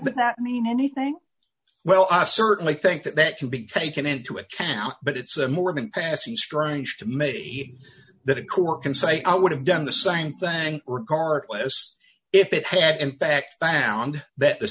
that mean anything well i certainly think that that can be taken into account but it's a more than passing strange to me that it could work and say i would have done the same thing regardless if it had in fact found that the